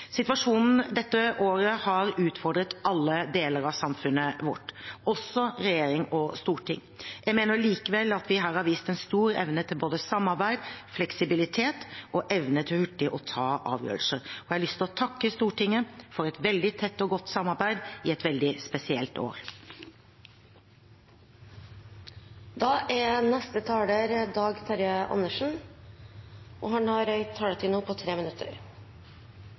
Situasjonen dette året har utfordret alle deler av samfunnet vårt, også regjering og storting. Jeg mener likevel at vi her har vist en stor evne til både samarbeid, fleksibilitet og evne til hurtig å ta avgjørelser. Jeg har lyst til å takke Stortinget for et veldig tett og godt samarbeid i et veldig spesielt år. De talere som heretter får ordet, har en taletid på inntil 3 minutter.